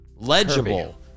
Legible